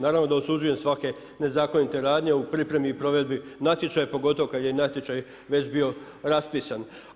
Naravno da osuđujem svake nezakonite radnje u pripremi i provedbi natječaja pogotovo kad je natječaj već bio raspisan.